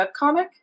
webcomic